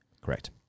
Correct